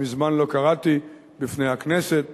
שמזמן לא קראתי בפני הכנסת